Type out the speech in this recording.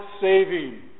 saving